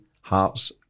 Hearts